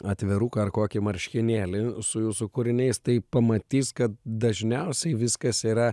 atviruką ar kokį marškinėlį su jūsų kūriniais tai pamatys kad dažniausiai viskas yra